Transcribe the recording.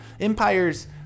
empires